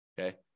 Okay